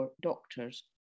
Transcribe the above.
doctors